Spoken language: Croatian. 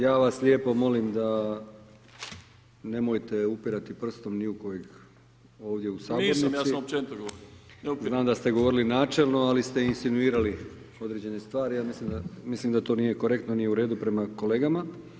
Ja vas lijepo molim da, nemojte upirati prstom ni u kojeg ovdje u Sabornici [[Upadica: Nisam, ja sam općenito govorio, ne upirem]] znam da ste govorili načelno, ali ste insinuirali određene stvari, mislim da to nije korektno, nije u redu prema kolegama.